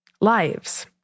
Lives